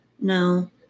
No